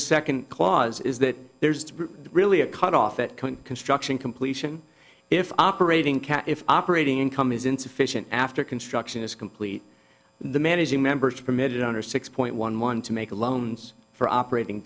second clause is that there is really a cut off it construction completion if operating cash if operating income is insufficient after construction is complete the managing members permitted under six point one one to make loans for operating